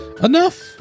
enough